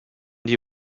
die